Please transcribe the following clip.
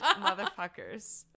motherfuckers